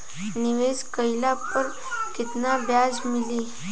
निवेश काइला पर कितना ब्याज मिली?